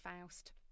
Faust